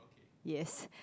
yes